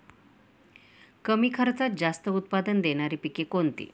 कमी खर्चात जास्त उत्पाद देणारी पिके कोणती?